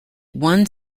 one